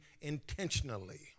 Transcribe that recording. intentionally